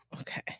Okay